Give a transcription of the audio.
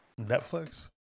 Netflix